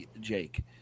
jake